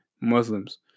Muslims